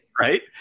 right